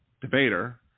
debater